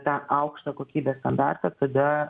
tą aukštą kokybės standartą tada